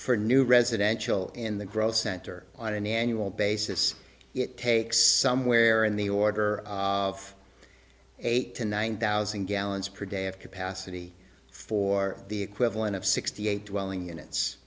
for new residential in the growth center on an annual basis it takes somewhere in the order of eight to nine thousand gallons per day of capacity for the equivalent of sixty eight dwelling units